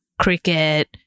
cricket